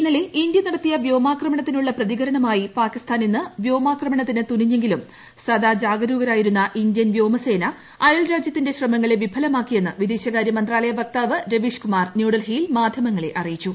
ഇന്നുട്ടി ഇന്ത്യ നടത്തിയ വ്യോമാക്രമണത്തിനുള്ള പ്രതിക്ക്രണ്ണമായി പാകിസ്ഥാൻ ഇന്ന് വ്യോമാക്രമണത്തിന് തുനിഞ്ഞെങ്കിലും സദാ ജാഗരൂകരായിരുന്ന ഇന്ത്യൻ വ്യോമസേന പ്രത്യയർ രാജ്യത്തിന്റെ ശ്രമങ്ങളെ വിഫലമാക്കിയെന്ന് വിദ്ദേശകാര്യമന്ത്രാലയ വക്താവ് രവീഷ് കുമാർ ന്യൂഡൽഹിയിൽ മാ്ധ്യമങ്ങളെ അറിയിച്ചു